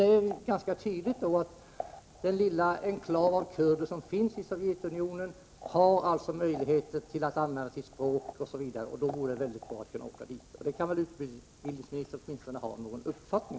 Det är vidare uppenbarligen så att den lilla enklav av kurder som finns i Sovjetunionen har möjligheter att använda sitt språk, osv., och det vore därför mycket bra om de kunde få möjlighet att fara dit. I den frågan borde utbildningsministern väl åtminstone kunna ha en uppfattning.